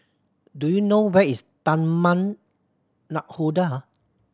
do you know where is Taman Nakhoda